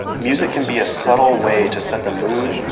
music can be a subtle way to set the mood